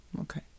Okay